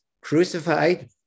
crucified